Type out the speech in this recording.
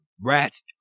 rat's